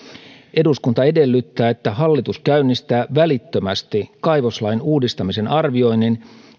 eduskunta edellyttää että hallitus käynnistää välittömästi kaivoslain uudistamisen arvioinnin